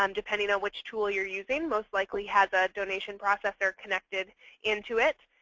um depending on which tool you're using, most likely has a donation processor connected into it.